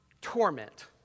torment